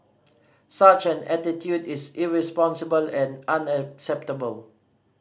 such an attitude is irresponsible and unacceptable